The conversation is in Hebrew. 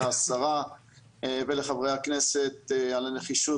לשרה ולחה"כ על הנחישות,